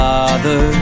Father